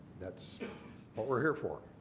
that's what we're here for.